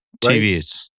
TVs